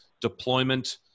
deployment